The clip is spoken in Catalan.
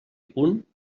punt